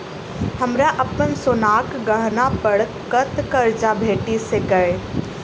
हमरा अप्पन सोनाक गहना पड़ कतऽ करजा भेटि सकैये?